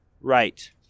right